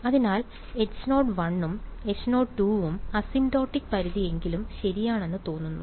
അതിനാൽ H0 ഉം H0 ഉം അസിംപ്റ്റോട്ടിക് പരിധിയെങ്കിലും ശരിയാണെന്ന് തോന്നുന്നു